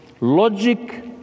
Logic